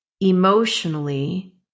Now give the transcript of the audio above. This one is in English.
emotionally